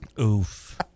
Oof